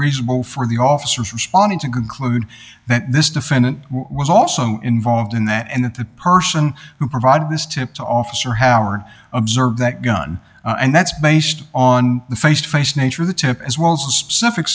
reasonable for the officers responded to conclude that this defendant was also involved in that and that the person who provided this tip to officer howard observed that gun and that's based on the face to face nature the tip as well as the specific